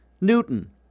Newton